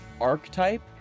archetype